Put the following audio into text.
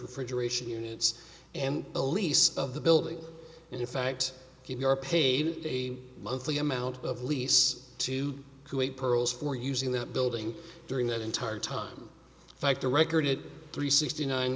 refrigeration units and a lease of the building and in fact keep your paving a monthly amount of lease to kuwait perl's for using that building during that entire time factor record it three sixty nine